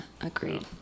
agreed